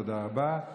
תודה רבה.